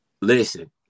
listen